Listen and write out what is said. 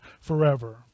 forever